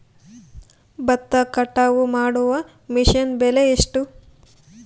ಭತ್ತ ಕಟಾವು ಮಾಡುವ ಮಿಷನ್ ಬೆಲೆ ಎಷ್ಟು?